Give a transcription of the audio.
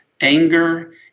anger